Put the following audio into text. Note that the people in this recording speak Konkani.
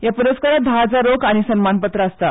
ह्या पुरस्कारान धा हजार रोख आनी सन्मानपत्र आसता